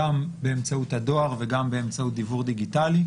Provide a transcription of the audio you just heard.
גם באמצעות הדואר וגם באמצעות דיוור דיגיטלי.